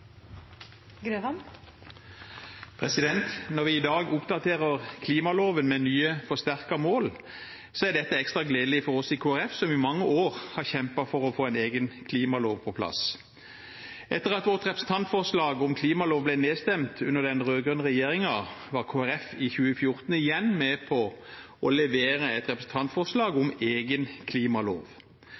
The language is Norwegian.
refererte til. Når vi i dag oppdaterer klimaloven med nye, forsterkede mål, er dette ekstra gledelig for oss i Kristelig Folkeparti, som i mange år har kjempet for å få en egen klimalov på plass. Etter at vårt representantforslag om klimalov ble nedstemt under den rød-grønne regjeringen, var Kristelig Folkeparti i 2014 igjen med på å levere et representantforslag om en egen klimalov.